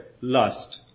lust